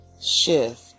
shift